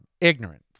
ignorance